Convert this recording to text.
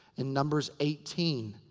in numbers eighteen.